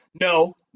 No